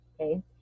okay